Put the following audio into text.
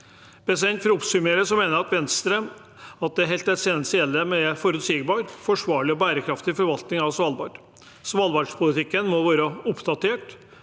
salen. For å oppsummere mener Venstre at det er helt essensielt med forutsigbar, forsvarlig og bærekraftig forvaltning av Svalbard. Svalbardpolitikken må være oppdatert